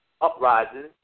uprisings